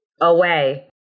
Away